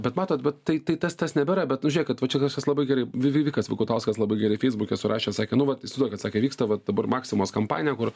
bet matot bet tai tai tas tas nebėra bet nu žėkit va čia kažkas labai gerai vivi vikas vikutauskas labai gerai feisbuke surašė sakė nu vat įsivaizduokit sakė vyksta vat dabar maximos kampanija kur